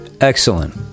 excellent